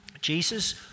Jesus